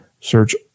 Search